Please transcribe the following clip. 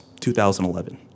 2011